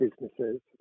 businesses